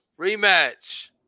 rematch